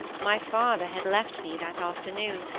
my father had left me that afternoon,